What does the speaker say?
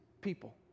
people